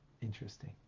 Interesting